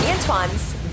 Antoine's